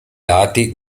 lati